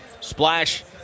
splash